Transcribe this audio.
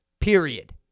Period